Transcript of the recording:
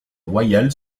royale